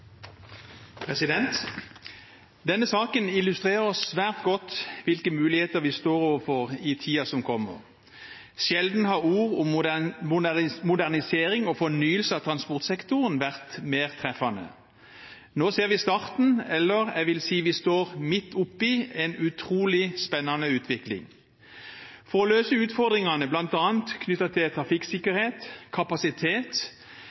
Denne saken illustrerer svært godt hvilke muligheter vi står overfor i tiden som kommer. Sjelden har ord som modernisering og fornyelse av transportsektoren vært mer treffende. Nå ser vi starten på – eller jeg vil si vi står midt oppi – en utrolig spennende utvikling. For å løse utfordringene bl.a. knyttet til